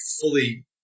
fully